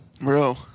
Bro